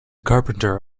carpenter